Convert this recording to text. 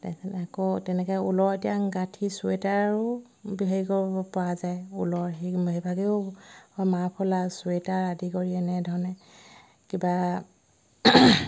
তাৰপিছত আকৌ তেনেকৈ ঊলৰ এতিয়া গাঁঠি চুৱেটাৰো হেৰি কৰিব পৰা যায় ঊলৰ সেই সেইভাগেও মাফলা চুৱেটাৰ আদি কৰি এনেধৰণে কিবা